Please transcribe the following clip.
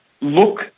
Look